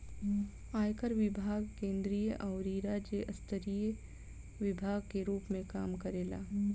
आयकर विभाग केंद्रीय अउरी राज्य स्तरीय विभाग के रूप में काम करेला